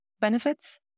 benefits